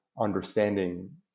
understanding